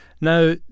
Now